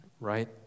right